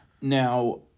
Now